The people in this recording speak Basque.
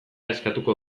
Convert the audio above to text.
eskatuko